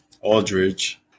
Aldridge